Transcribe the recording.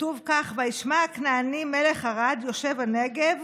כתוב כך: "וישמע הכנעני מלך ערד יֹשב הנגב